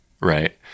right